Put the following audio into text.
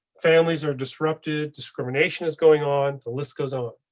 families are disrupted, discrimination is going on. the list goes on.